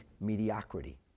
mediocrity